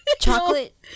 chocolate